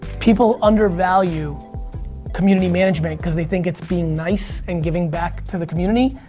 people undervalue community management cause they think it's being nice. and giving back to the community.